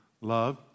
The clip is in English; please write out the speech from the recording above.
love